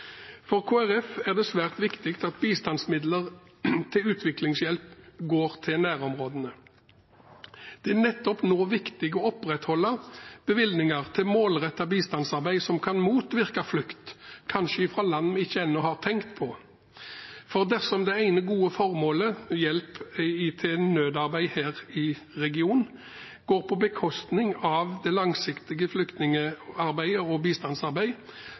For Kristelig Folkeparti er det svært viktig at bistandsmidler til utviklingshjelp går til nærområdene. Det er nettopp nå viktig å opprettholde bevilgninger til målrettet bistandsarbeid som kan motvirke flukt, kanskje fra land vi ennå ikke har tenkt på. For dersom det ene gode formålet, hjelp til nødarbeid her i regionen, går på bekostning av det langsiktige flyktningarbeidet og bistandsarbeid,